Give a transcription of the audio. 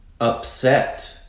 upset